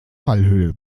fallhöhe